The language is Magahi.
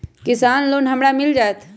किसान लोन हमरा मिल जायत?